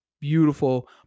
beautiful